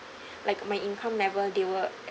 like my income level they were